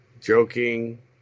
joking